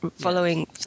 following